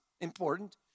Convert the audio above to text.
Important